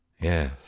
yes